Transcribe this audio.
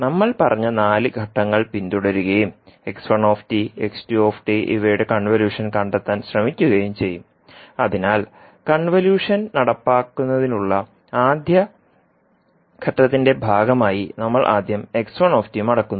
നമ്മൾ പറഞ്ഞ നാല് ഘട്ടങ്ങൾ പിന്തുടരുകയും ഇവയുടെ കൺവല്യൂഷൻ കണ്ടെത്താൻ ശ്രമിക്കുകയും ചെയ്യും അതിനാൽ കൺവല്യൂഷൻ നടപ്പിലാക്കുന്നതിനുള്ള ആദ്യ ഘട്ടത്തിന്റെ ഭാഗമായി നമ്മൾ ആദ്യം മടക്കുന്നു